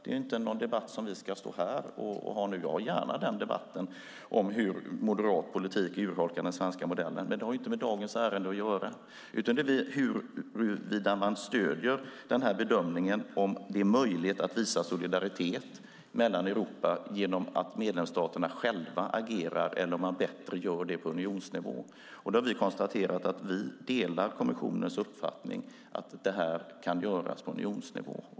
Det är inte en debatt som vi ska föra här. Jag för gärna en debatt om hur moderat politik urholkar den svenska modellen, men det har inte med dagens ärende att göra. Här handlar det om bedömningen av om det är möjligt att visa solidaritet i Europa genom att medlemsstaterna själva agerar eller om man gör det bättre på unionsnivå. Vi har konstaterat att vi delar kommissionens uppfattning att detta kan göras på unionsnivå.